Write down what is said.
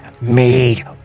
made